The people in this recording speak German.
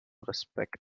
respekt